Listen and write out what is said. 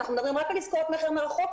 ואנחנו מדברים פה רק על עסקאות מכר מרחוק,